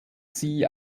sie